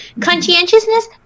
Conscientiousness